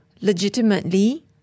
legitimately